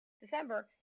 December